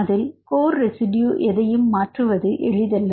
அதில் core residue எதையும் மாற்றுவது எளிதல்ல